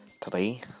Today